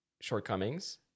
shortcomings